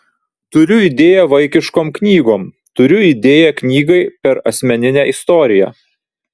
turiu idėją vaikiškom knygom turiu idėją knygai per asmeninę istoriją